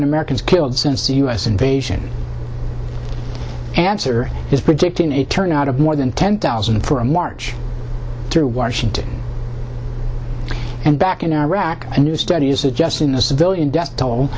and americans killed since the u s invasion answer is predicting a turnout of more than ten thousand for a march through washington and back in iraq a new study is that just in the civilian death toll